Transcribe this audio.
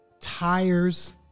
tires